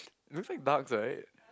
looks like ducks right